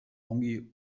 ongi